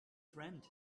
friend